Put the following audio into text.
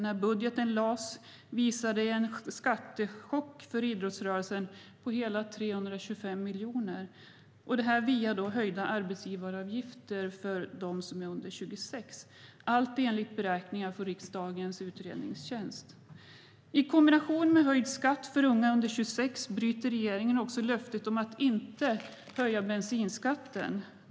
När budgeten lades fram visade den på en skattechock för idrottsrörelsen på hela 325 miljoner kronor, via höjda arbetsgivaravgifter för dem som är under 26 år - allt enligt beräkningar från riksdagens utredningstjänst. I kombination med höjd skatt för unga under 26 år bryter regeringen också löftet att inte höja bensinskatten.